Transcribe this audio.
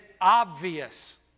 obvious